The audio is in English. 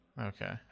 Okay